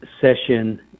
session